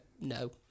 no